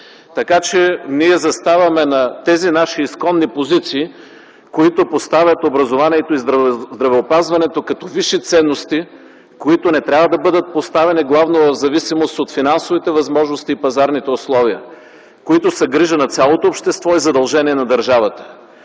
така че ние заставаме на тези наши изконни позиции, които поставят образованието и здравеопазването като висши ценности, които не трябва да бъдат поставени главно в зависимост от финансовите възможности и пазарните условия, които са грижа на цялото общество и задължение на държавата.